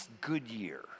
Goodyear